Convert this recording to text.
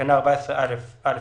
תקנה 14א(א)